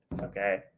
okay